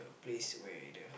place where the